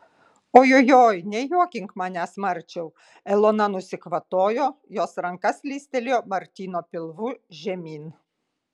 ojojoi nejuokink manęs marčiau elona nusikvatojo jos ranka slystelėjo martyno pilvu žemyn